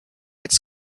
its